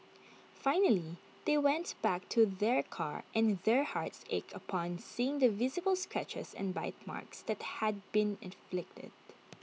finally they went back to their car and their hearts ached upon seeing the visible scratches and bite marks that had been inflicted